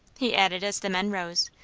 he added as the men rose,